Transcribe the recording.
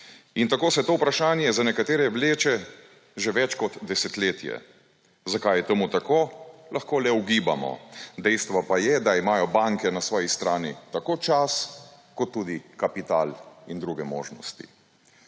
In tako se to vprašanje za nekatere vleče že več kot desetletje. Zakaj je temu tako, lahko le ugibamo. Dejstvo pa je, da imajo banke na svoji strani tako čas kot tudi kapital in druge možnosti.